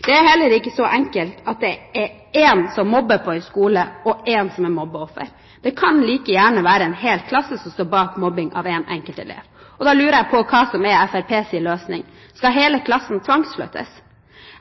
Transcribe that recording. Det er heller ikke så enkelt at det er én som mobber på en skole, og én som er mobbeoffer. Det kan like gjerne være en hel klasse som står bak mobbing av en enkelt elev, og da lurer jeg på hva som er Fremskrittspartiets løsning. Skal hele klassen tvangsflyttes?